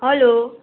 hello